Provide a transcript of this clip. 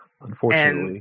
unfortunately